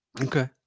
Okay